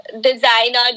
designer